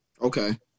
Okay